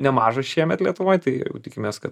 nemažas šiemet lietuvoj tai jau tikimės kad